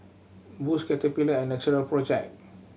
Boost Caterpillar and Natural Project